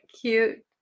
cute